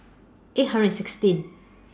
eight hundred and sixteen